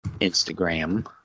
Instagram